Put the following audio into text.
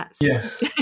Yes